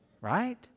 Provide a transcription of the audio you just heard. Right